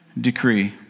decree